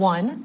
One